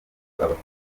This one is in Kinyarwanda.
abafite